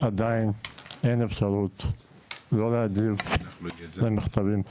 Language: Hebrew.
עדיין אין אפשרות לא להגיב למכתבים שמגיעים,